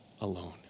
alone